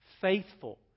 Faithful